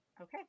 Okay